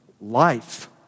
life